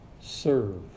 serve